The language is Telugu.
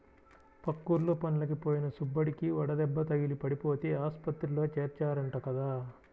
పక్కూర్లో పనులకి పోయిన సుబ్బడికి వడదెబ్బ తగిలి పడిపోతే ఆస్పత్రిలో చేర్చారంట కదా